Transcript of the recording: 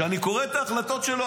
כשאני קורא את ההחלטות שלו,